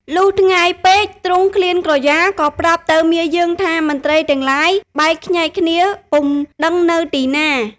លុះថ្ងៃពេក ទ្រង់ឃ្លានក្រយាក៏ប្រាប់ទៅមាយើងថាមន្ត្រីទាំងឡាយបែកខ្ញែកគ្នាពុំដឹងនៅទីណា។